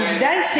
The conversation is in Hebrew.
העובדה היא שאם,